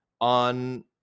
on